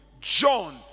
John